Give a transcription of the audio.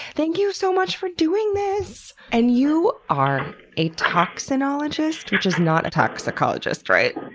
thank you so much for doing this! and you are a toxinologist, which is not a toxicologist, right?